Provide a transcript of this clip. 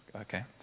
Okay